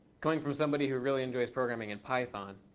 coming from somebody who really enjoys programming in python,